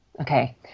okay